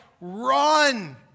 run